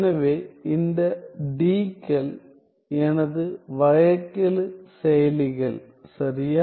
எனவே இந்த Dக்கள் எனது வகைக்கெழு செயலிகள் சரியா